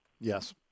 Yes